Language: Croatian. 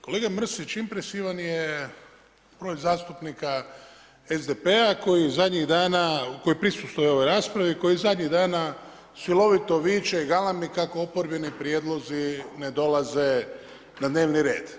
Kolega Mrsić impresivan je broj zastupnika SDP-a koji zadnjih dana koji prisustvuje ovoj raspravi i koji zadnjih dana silovito viče, galami kako oporbeni prijedlozi ne dolaze na dnevni red.